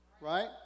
Right